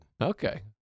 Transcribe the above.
Okay